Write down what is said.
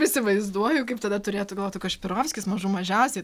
įsivaizduoju kaip tada turėtų galvot tu kašpirovskis mažų mažiausiai